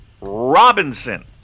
Robinson